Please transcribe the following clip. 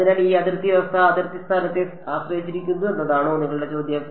അതിനാൽ ഈ അതിർത്തി വ്യവസ്ഥ അതിർത്തി സ്ഥാനത്തെ ആശ്രയിച്ചിരിക്കുന്നു എന്നതാണോ നിങ്ങളുടെ ചോദ്യം